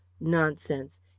nonsense